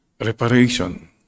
Reparation